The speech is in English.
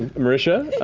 marisha.